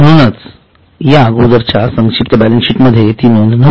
म्हणूनच या अगोदरच्या संक्षिप्त बॅलन्सशीट मध्ये ती नोंद नव्हती